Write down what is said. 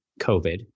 COVID